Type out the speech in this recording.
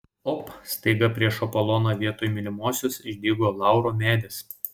op staiga prieš apoloną vietoj mylimosios išdygo lauro medis